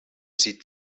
sie